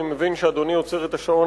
אי-אפשר לתת בו אמון,